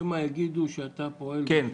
שמא יגידו שאתה פועל בשביל --- כן,